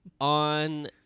On